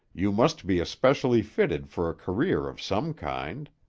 you must be especially fitted for a career of some kind.